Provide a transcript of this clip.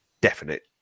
definite